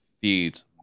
feeds